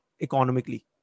economically